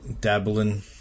dabbling